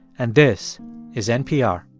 and this is npr